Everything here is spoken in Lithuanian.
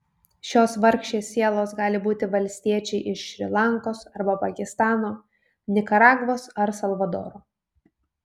šios vargšės sielos gali būti valstiečiai iš šri lankos arba pakistano nikaragvos ar salvadoro